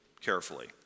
carefully